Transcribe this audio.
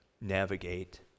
navigate